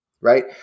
right